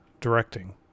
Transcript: directing